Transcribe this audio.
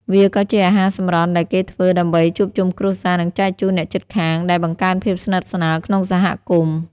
វាក៏ជាអាហារសម្រន់ដែលគេធ្វើដើម្បីជួបជុំគ្រួសារ និងចែកជូនអ្នកជិតខាង ដែលបង្កើនភាពស្និទ្ធស្នាលក្នុងសហគមន៍។